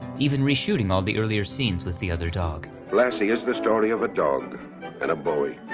even reshooting all the earlier scenes with the other dog. lassie is the story of a dog and a boy.